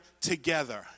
together